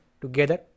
together